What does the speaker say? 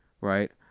Right